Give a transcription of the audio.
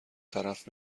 طرف